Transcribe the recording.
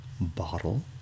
bottle